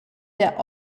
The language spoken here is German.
der